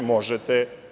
Možete.